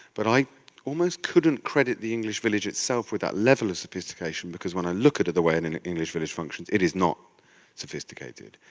but i almost couldn't credit the english village itself with that level of sophistication because when i look at the the way and and an english village functions it is not sophisticated.